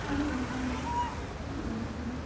ᱟᱨᱚ ᱚᱱᱠᱟᱜᱮ ᱡᱟᱦᱟᱸ ᱠᱚᱨᱮ